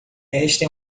esta